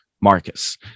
Marcus